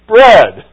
Bread